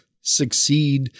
succeed